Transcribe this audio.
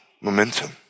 momentum